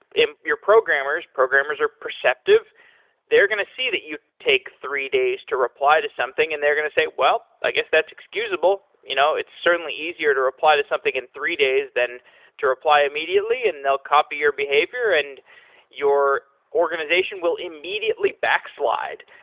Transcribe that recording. your programmers programmers are perceptive they are going to see that you take three days to reply to something and they're going to say, well, i guess that's excusable. you know it's certainly easier to reply to something in three days than to reply immediately, and they'll copy your behavior and your organization will immediately backslide.